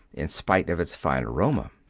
in spite of its fine aroma.